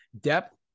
Depth